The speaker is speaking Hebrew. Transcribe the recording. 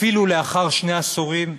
אפילו לאחר שני עשורים,